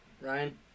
Ryan